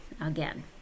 again